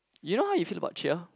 you know how you feel about cheer